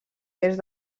est